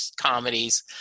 comedies